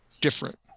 different